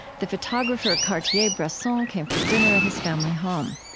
the photographer cartier-bresson came for dinner at his family home.